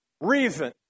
reason